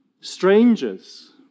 strangers